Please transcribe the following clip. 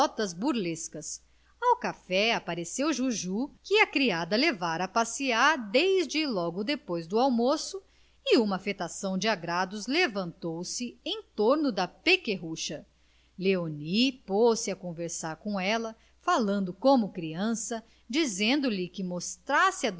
anedotas burlescas ao café apareceu juju que a criada levara a passear desde logo depois do almoço e uma afetação de agrados levantou-se em torno da pequerrucha léonie pôs-se a conversar com ela falando como criança dizendo-lhe que mostrasse